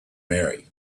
marry